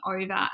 over